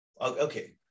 okay